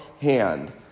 hand